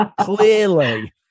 Clearly